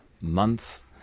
months